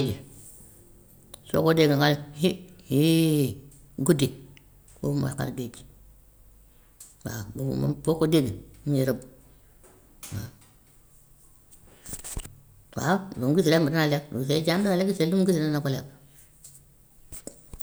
soo ko dégg ma ngay xi xii guddi boobu mooy xar waaw boobu moom foo ko déggee mu ngi rëbb waa. Waaw lu mu gis rek mun naa lekk, bu gisee jaan dana lekk bu gisee lu mu gis na ko lekk.